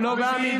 קושניר?